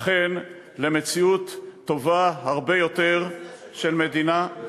אכן, למציאות טובה הרבה יותר של מדינה,